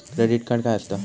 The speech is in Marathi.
क्रेडिट कार्ड काय असता?